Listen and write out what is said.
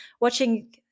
watching